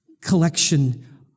collection